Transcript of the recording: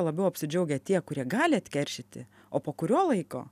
labiau apsidžiaugia tie kurie gali atkeršyti o po kurio laiko